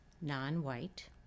non-white